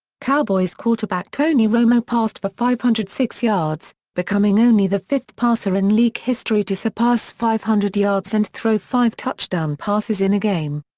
cowboys quarterback tony romo passed for five hundred and six yards, becoming only the fifth passer in league history to surpass five hundred yards and throw five touchdown passes in a game.